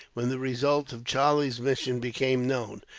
when the result of charlie's mission became known.